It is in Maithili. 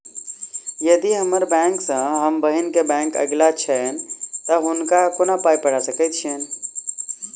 यदि हम्मर बैंक सँ हम बहिन केँ बैंक अगिला छैन तऽ हुनका कोना पाई पठा सकैत छीयैन?